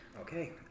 Okay